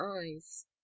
eyes